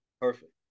perfect